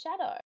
shadow